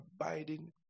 abiding